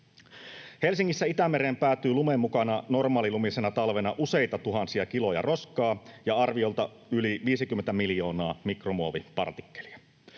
Helsingissä Itämereen päätyy lumen mukana normaalilumisena talvena useita tuhansia kiloja roskaa ja arviolta yli 50 miljoonaa mikromuovipartikkelia.